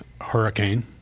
Hurricane